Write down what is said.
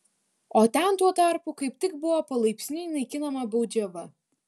o ten tuo tarpu kaip tik buvo palaipsniui naikinama baudžiava